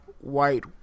white